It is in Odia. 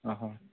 ହଁ ହଁ